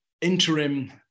interim